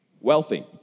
wealthy